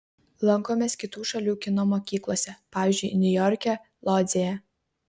lankomės kitų šalių kino mokyklose pavyzdžiui niujorke lodzėje